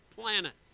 planets